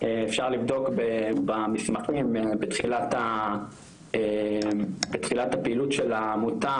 אפשר לבדוק במסמכים בתחילת הפעילות של העמותה,